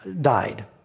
died